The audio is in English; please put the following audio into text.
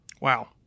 Wow